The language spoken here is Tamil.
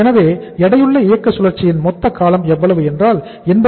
எனவே எடையுள்ள இயக்க சுழற்சியின் மொத்த காலம் எவ்வளவு என்றால் 80